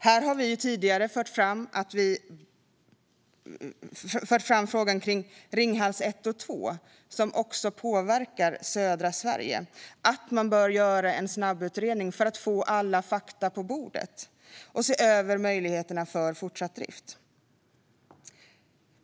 Här har vi tidigare fört fram frågan kring Ringhals 1 och 2. Det påverkar södra Sverige, och man bör göra en snabbutredning för att få alla fakta på bordet och se över möjligheterna för fortsatt drift.